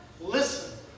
listen